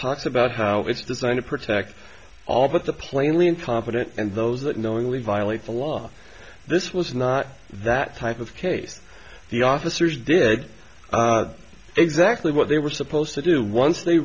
talks about how it's designed to protect all but the plainly incompetent and those that knowingly violate the law this was not that type of case the officers did exactly what they were supposed to do once they